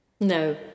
No